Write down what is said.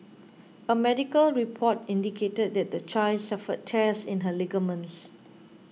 a medical report indicated that the child suffered tears in her ligaments